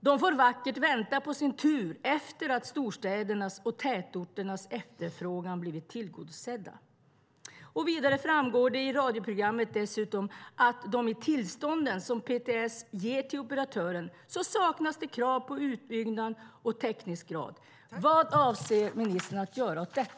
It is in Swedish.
De får vackert vänta på sin tur efter att storstädernas och tätorternas efterfrågan har blivit tillgodosedd. Vidare framgår det i radioprogrammet att i de tillstånd som PTS gett till operatörerna saknas det dessutom krav på utbyggnad och täckningsgrad. Vad avser ministern att göra åt detta?